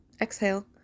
Exhale